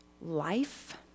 Life